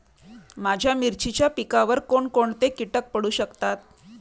माझ्या मिरचीच्या पिकावर कोण कोणते कीटक पडू शकतात?